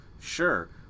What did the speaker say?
Sure